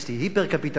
היפר-קפיטליסטי,